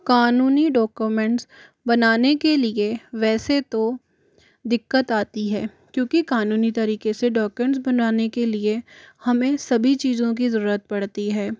क़ानूनी डॉक्यूमेंट्स बनाने के लिए वैसे तो दिक्कत आती है क्योंकि क़ानूनी तरीके से डॉक्यूमेंट्स बनाने के लिए हमें सभी चीज़ों की ज़रूरत पड़ती है